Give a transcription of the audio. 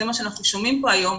זה מה שאנחנו שומעים פה היום,